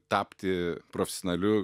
tapti profesionaliu